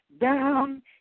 down